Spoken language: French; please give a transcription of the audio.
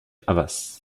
havas